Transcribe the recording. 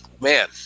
man